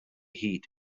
heat